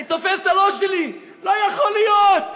אני תופס את הראש שלי: לא יכול להיות,